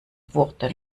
wurde